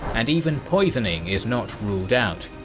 and even poisoning is not ruled out,